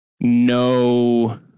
no